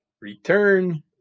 Return